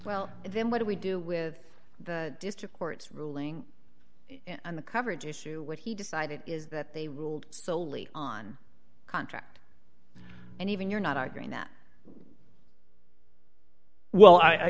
well then what do we do with the district court's ruling and the coverage issue what he decided is that they ruled soley on contract and even you're not arguing that well i